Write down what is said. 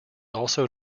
also